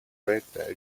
проекта